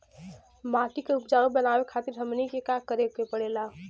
माटी के उपजाऊ बनावे खातिर हमनी के का करें के पढ़ेला?